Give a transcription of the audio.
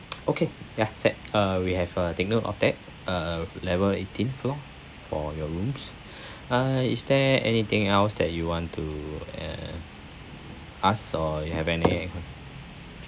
okay ya set uh we have uh take note of that uh level eighteenth floor for your rooms err is there anything else that you want to uh ask or you have any